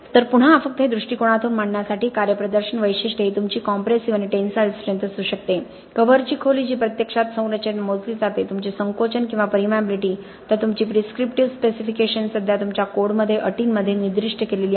तर पुन्हा फक्त हे दृष्टीकोनातून मांडण्यासाठी कार्यप्रदर्शन वैशिष्ट्ये ही तुमची कॉम्प्रेसिव्ह आणि टेनसाईल स्ट्रेंथ असू शकते कव्हरची खोली जी प्रत्यक्षात संरचनेत मोजली जाते तुमची संकोचन किंवा परमियाबीलिटी तर तुमची प्रिस्क्रिप्टिव्ह स्पेसिफिकेशन्स सध्या तुमच्या कोडमध्ये अटींमध्ये निर्दिष्ट केलेली आहेत